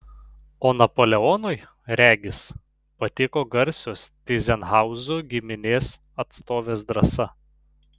o napoleonui regis patiko garsios tyzenhauzų giminės atstovės drąsa